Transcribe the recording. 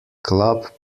club